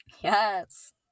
Yes